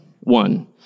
One